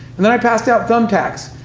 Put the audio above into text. and then, i passed out thumbtacks,